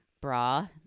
bra